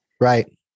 right